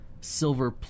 silver